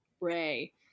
Ray